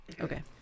okay